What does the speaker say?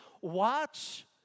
watch